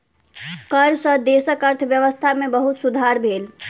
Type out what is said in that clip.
कर सॅ देशक अर्थव्यवस्था में बहुत सुधार भेल